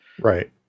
right